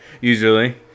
usually